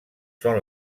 són